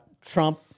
Trump